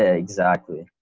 ah exactly.